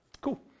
Cool